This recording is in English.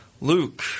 Luke